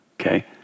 okay